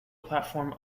platform